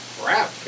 crap